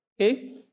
okay